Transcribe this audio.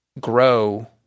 grow